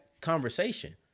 conversation